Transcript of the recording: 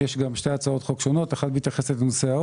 יש גם שתי הצעות חוק שונות אחת מתייחסת לעו"ש